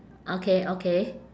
okay okay